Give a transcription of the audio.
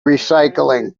recycling